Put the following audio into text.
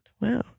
Wow